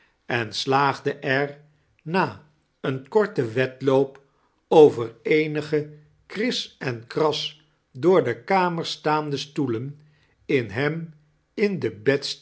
en slaagde er na een korten wedloop over eenige kris en kras door de kamer staande stoelen in bem in de